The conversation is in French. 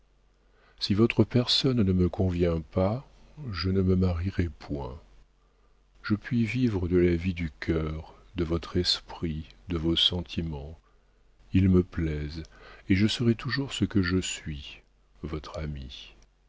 si votre personne ne me convient pas je ne me marierai point je puis vivre de la vie du cœur de votre esprit de vos sentiments ils me plaisent et je serai toujours ce que je suis votre amie